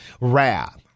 wrath